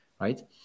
right